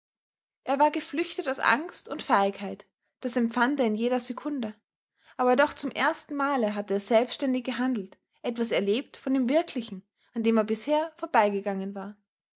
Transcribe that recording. er war geflüchtet aus angst und feigheit das empfand er in jeder sekunde aber doch zum ersten male hatte er selbständig gehandelt etwas erlebt von dem wirklichen an dem er bisher vorbeigegangen war